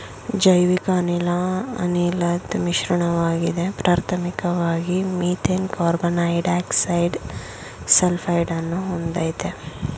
ಜೈವಿಕಅನಿಲ ಅನಿಲದ್ ಮಿಶ್ರಣವಾಗಿದೆ ಪ್ರಾಥಮಿಕ್ವಾಗಿ ಮೀಥೇನ್ ಕಾರ್ಬನ್ಡೈಯಾಕ್ಸೈಡ ಸಲ್ಫೈಡನ್ನು ಹೊಂದಯ್ತೆ